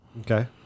Okay